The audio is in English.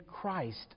Christ